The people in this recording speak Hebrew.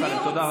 דרך אגב,